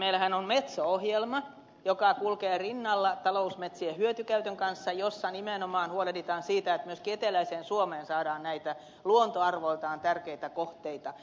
meillähän on metso ohjelma joka kulkee rinnalla talousmetsien hyötykäytön kanssa jossa nimenomaan huolehditaan siitä että myöskin eteläiseen suomeen saadaan näitä luontoarvoiltaan tärkeitä kohteita